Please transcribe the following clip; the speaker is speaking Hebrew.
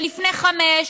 ולפני חמש,